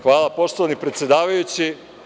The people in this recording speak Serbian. Hvala, poštovani predsedavajući.